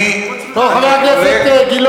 אני, טוב, חבר הכנסת גילאון.